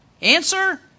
Answer